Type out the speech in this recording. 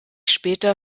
später